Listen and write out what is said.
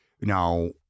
now